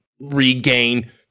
regain